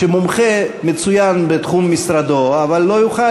שהוא מומחה מצוין בתחום משרדו אבל לא יוכל